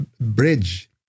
bridge